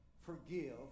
Forgive